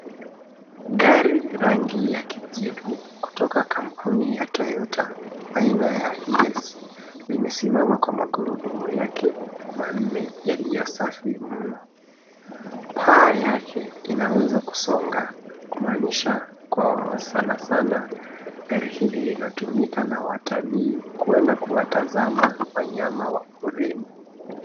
Gari rangi ya kijivu kutoka kampuni ya toyota aina ya hiese limesimama kwa magurudumu yake manne yaliyo safi mno. Paa yake inaweza kusonga kumaanisha kwa sanasana gari hili linatumika na watalii kwenda kuwatazama wanyama wa porini.